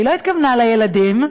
היא לא התכוונה לילדים,